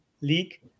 league